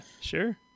sure